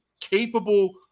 capable